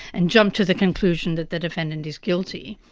and jump to the conclusion that the defendant is guilty.